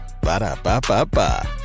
Ba-da-ba-ba-ba